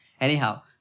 Anyhow